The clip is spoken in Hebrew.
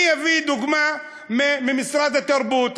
אני אביא דוגמה ממשרד התרבות,